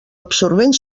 absorbent